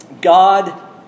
God